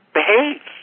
behave